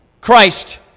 Christ